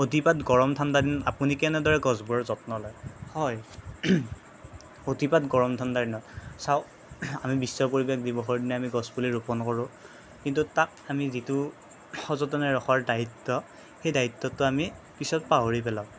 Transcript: অতিপাত গৰম ঠাণ্ডা দিন আপুনি কেনেদৰে গছবোৰৰ যত্ন লয় হয় অতিপাত গৰম ঠাণ্ডাৰ দিনত চাওক আমি বিশ্ব পৰিৱেশ দিৱসৰ দিনা আমি গছ পুলি ৰোপণ কৰোঁ কিন্তু তাক আমি যিটো সযতনে ৰখাৰ দায়িত্ব সেই দায়িত্বটো আমি পিছত পাহৰি পেলাওঁ